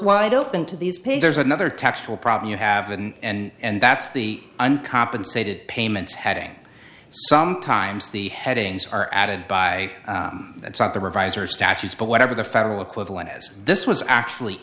wide open to these pay there's another tax will probably you haven't and that's the uncompensated payments having sometimes the headings are added by that's not the revise or statutes but whatever the federal equivalent has this was actually